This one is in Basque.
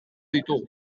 ditugu